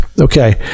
okay